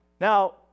Now